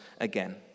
again